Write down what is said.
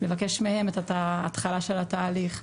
לבקש מהם את ההתחלה של התהליך.